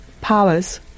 powers